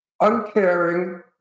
uncaring